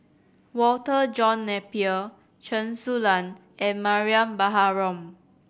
Walter John Napier Chen Su Lan and Mariam Baharom